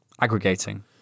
Aggregating